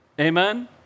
Amen